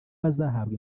bazahabwa